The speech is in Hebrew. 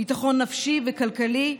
ביטחון נפשי וכלכלי,